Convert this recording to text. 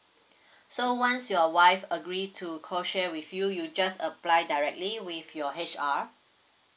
so once your wife agree to co share with you you just apply directly with your H_R